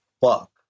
fuck